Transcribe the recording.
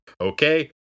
okay